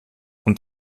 und